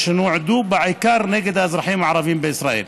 ושנועדו בעיקר נגד האזרחים הערבים בישראל,